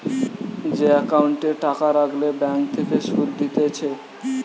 যে একাউন্টে টাকা রাখলে ব্যাঙ্ক থেকে সুধ দিতেছে